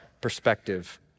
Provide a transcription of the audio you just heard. perspective